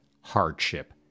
Hardship